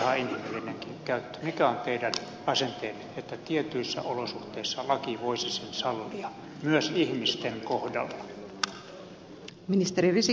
mikä on teidän asenteenne sen suhteen että tietyissä olosuhteissa laki voisi sen sallia myös ihmisten kohdalla